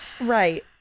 right